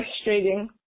frustrating